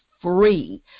free